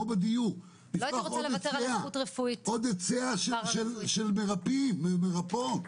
צריך עוד היצע של מרפאים ומרפאות.